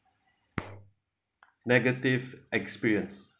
negative experience